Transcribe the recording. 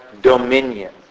dominion